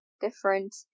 different